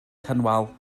cynwal